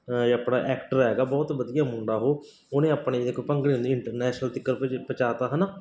ਜੇ ਆਪਣਾ ਐਕਟਰ ਹੈਗਾ ਬਹੁਤ ਵਧੀਆ ਮੁੰਡਾ ਉਹ ਉਹਨੇ ਆਪਣੇ ਇੱਕ ਭੰਗੜੇ ਦੀ ਇੰਟਰਨੈਸ਼ਨਲ ਤੀਕਰ ਪਚ ਪਹੁੰਚਾ ਤਾ ਹੈ ਨਾ